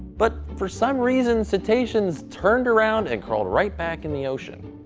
but for some reason, cetaceans turned around and crawled right back in the ocean.